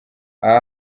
aha